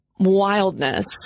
Wildness